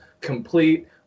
Complete